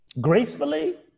gracefully